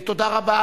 תודה רבה.